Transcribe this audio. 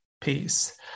peace